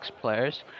players